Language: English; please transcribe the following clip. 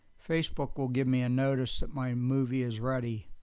facebook will give me a notice that my movie is ready.